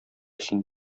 син